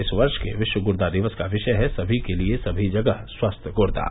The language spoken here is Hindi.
इस वर्ष के विश्व गुर्दा दिवस का विषय है समी के लिए समी जगह स्वस्थ गुर्दा